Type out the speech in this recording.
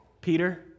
Peter